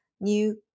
new